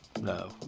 No